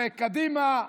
וקדימה,